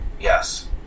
Yes